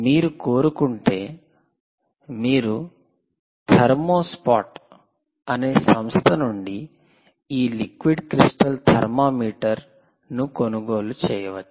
మీరు కోరుకుంటే మీరు థర్మో స్పాట్ అనే సంస్థ నుండి ఈ లిక్విడ్ క్రిస్టల్ థర్మామీటర్ ను కొనుగోలు చేయవచ్చు